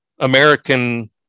American